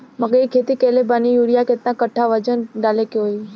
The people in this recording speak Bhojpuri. मकई के खेती कैले बनी यूरिया केतना कट्ठावजन डाले के होई?